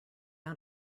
out